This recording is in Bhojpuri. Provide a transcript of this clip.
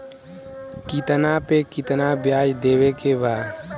कितना पे कितना व्याज देवे के बा?